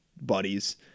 buddies